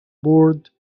board